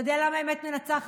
אתה יודע למה האמת מנצחת?